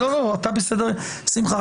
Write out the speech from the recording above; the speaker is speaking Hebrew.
שמחה,